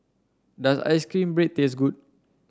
does ice cream bread taste good